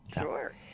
Sure